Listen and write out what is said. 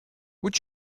would